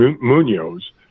Munoz